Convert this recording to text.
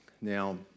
Now